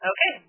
Okay